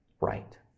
right